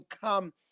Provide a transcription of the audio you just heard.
come